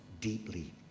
deeply